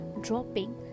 dropping